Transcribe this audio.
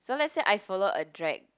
so let's say I follow a drag